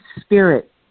Spirit